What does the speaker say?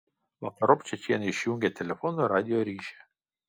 vakarop čečėnai išjungė telefono ir radijo ryšį